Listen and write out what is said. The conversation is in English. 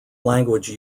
language